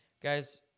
guys